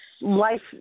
Life